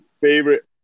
Favorite